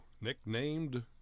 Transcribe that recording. nicknamed